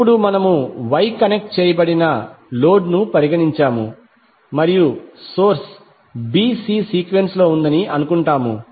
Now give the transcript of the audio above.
ఇప్పుడు మనము Y connect చేయబడిన లోడ్ ను పరిగణించాము మరియు సోర్స్ b c సీక్వెన్స్ లో ఉందని అనుకుంటాము